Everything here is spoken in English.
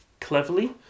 cleverly